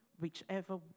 whichever